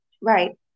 Right